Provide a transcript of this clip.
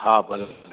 हा भले भले ठीकु